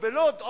או בלוד,